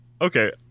Okay